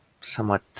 somewhat